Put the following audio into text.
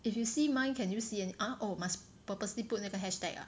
if you see mine can you see and ah oh must purposely put 那个 hashtag ah